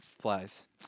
flies